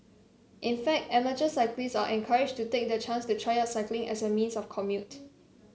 in fact amateur cyclists are encouraged to take the chance to try out cycling as a means of commute